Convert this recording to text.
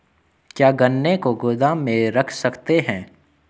क्या गन्ने को गोदाम में रख सकते हैं?